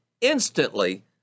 instantly